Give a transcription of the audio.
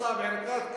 וסאיב עריקאת,